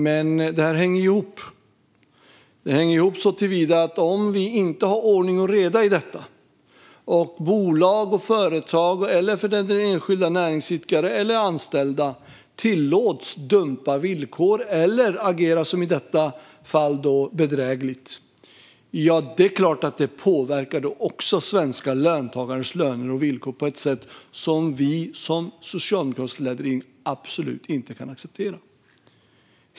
Men detta hänger ihop: Om vi inte har ordning och reda i detta, om bolag och företag - eller för delen enskilda näringsidkare och anställda - tillåts dumpa villkor eller agera bedrägligt, som i detta fall, är det klart att det också påverkar svenska löntagares löner och villkor på ett sätt som vi som socialdemokratiskt ledd regering absolut inte kan acceptera.